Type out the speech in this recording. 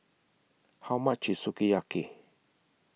How much IS Sukiyaki